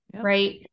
right